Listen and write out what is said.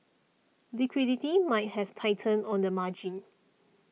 liquidity might have tightened on the margin